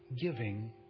giving